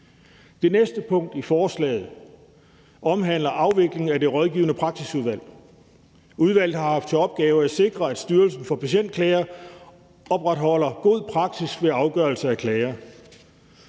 Det næste punkt i forslaget omhandler afvikling af Det Rådgivende Praksisudvalg. Udvalget har haft til opgave at sikre, at Styrelsen for Patientklager opretholder god praksis ved afgørelse af klager.